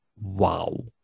Wow